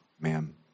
Ma'am